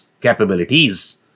capabilities